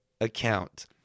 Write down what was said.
account